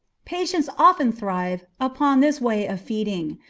patients often thrive upon this way of feeding.